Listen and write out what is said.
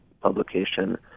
publication